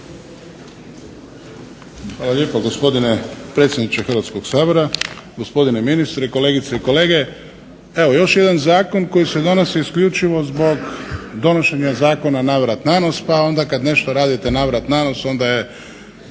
Hvala lijepa gospodine predsjedniče Hrvatskog sabora. Gospodine ministre, kolegice i kolege. Evo još jedan zakon koji se donosi isključivo zbog donošenja zakona navrat-nanos pa onda kad nešto radite navrat-nanos onda se